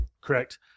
correct